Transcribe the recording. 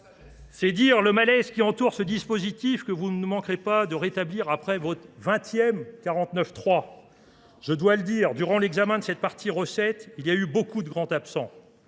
C'est dire le malaise qui entoure ce dispositif que vous ne manquerez pas de rétablir après votre 20ème 49.3. Je dois le dire, durant l'examen de cette partie recette, il y a eu beaucoup de grands absents.